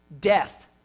Death